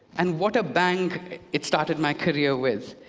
and what a bang it started my career with!